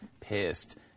Pissed